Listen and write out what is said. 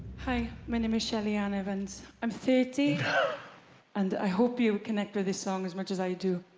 hi, my name is shellyann evans. i'm thirty and i hope you connect with this song as much as i do.